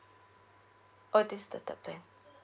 oh this the third plan